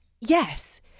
Yes